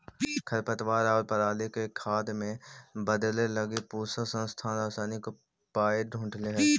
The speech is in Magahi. खरपतवार आउ पराली के खाद में बदले लगी पूसा संस्थान रसायनिक उपाय ढूँढ़ले हइ